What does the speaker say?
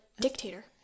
dictator